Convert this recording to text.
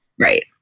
Right